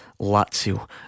Lazio